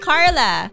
Carla